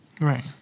Right